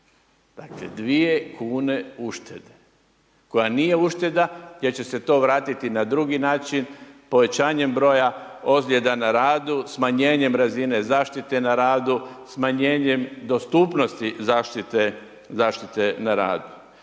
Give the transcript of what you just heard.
dakle 2 kune uštede koja nije ušteda jer će se to vratiti na drugi način povećanjem broja ozljeda na radu, smanjenjem razine zaštite na radu, smanjenjem dostupnosti zaštite na radu.